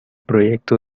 proyecto